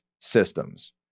systems